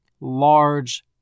large